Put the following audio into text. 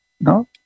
No